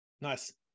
Nice